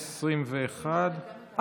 המחלה הזאת היא מחלה קשה,